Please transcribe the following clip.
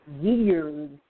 years